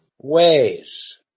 ways